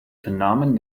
vernahmen